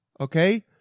Okay